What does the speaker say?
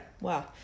wow